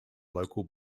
local